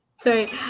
Sorry